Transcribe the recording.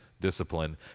discipline